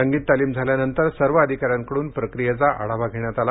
रंगीत तालिम झाल्यानंतर सर्व अधिकाऱ्यांकड्न प्रक्रियेचा आढावा घेण्यात आला